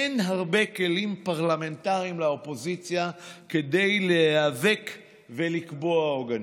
אין הרבה כלים פרלמנטריים לאופוזיציה כדי להיאבק ולקבוע עוגנים.